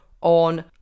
on